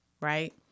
right